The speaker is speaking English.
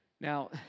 Now